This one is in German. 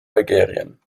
algerien